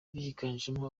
biganjemo